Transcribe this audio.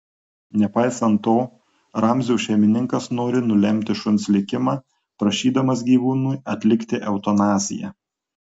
nepaisant to ramzio šeimininkas nori nulemti šuns likimą prašydamas gyvūnui atlikti eutanaziją